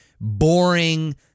boring